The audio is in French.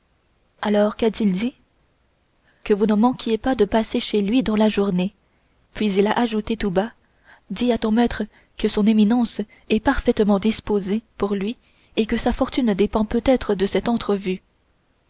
alors qu'a-t-il dit que vous ne manquiez pas de passer chez lui dans la journée puis il a ajouté tout bas dis à ton maître que son éminence est parfaitement disposée pour lui et que sa fortune dépend peut-être de cette entrevue